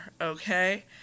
okay